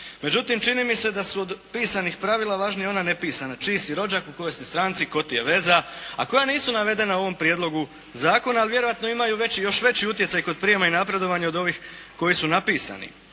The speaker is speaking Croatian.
Međutim, čini mi se da su od pisanih pravila važnija ona nepisana, čiji si rođak, u kojoj si stranci, tko ti je veza, a koja nisu navedena u ovom Prijedlogu zakona, ali vjerojatno imaju još veći utjecaj kod prijema i napredovanja od ovih koji su napisani.